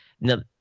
Now